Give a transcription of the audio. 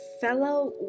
fellow